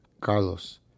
Carlos